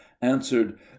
answered